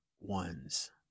ones